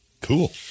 Cool